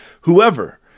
whoever